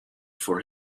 for